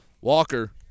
Walker